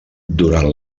durant